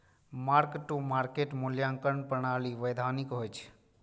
mark to market मूल्यांकन प्रणाली वैधानिक होइ छै